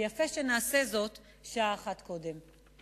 ויפה שנעשה זאת שעה אחת קודם.